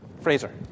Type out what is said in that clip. Fraser